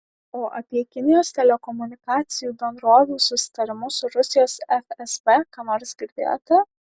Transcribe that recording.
o apie kinijos telekomunikacijų bendrovių susitarimus su rusijos fsb ką nors girdėjote